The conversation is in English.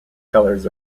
colors